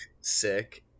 sick